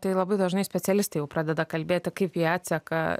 tai labai dažnai specialistai jau pradeda kalbėti kaip jie atseka